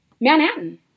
Manhattan